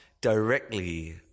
directly